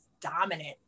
dominant